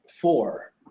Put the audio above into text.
four